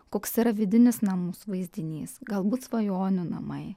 koks yra vidinis na mūsų vaizdinys galbūt svajonių namai